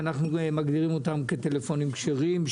שאנחנו מגדירים אותם כטלפונים כשרים.